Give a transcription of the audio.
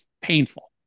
painful